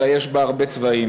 אלא יש בה הרבה צבעים.